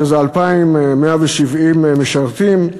שזה 2,170 משרתים.